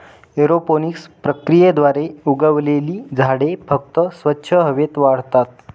aeroponics प्रक्रियेद्वारे उगवलेली झाडे फक्त स्वच्छ हवेत वाढतात